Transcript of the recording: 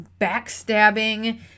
backstabbing